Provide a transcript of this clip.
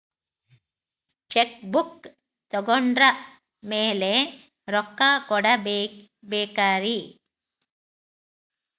Check book ತೊಗೊಂಡ್ರ ಮ್ಯಾಲೆ ರೊಕ್ಕ ಕೊಡಬೇಕರಿ?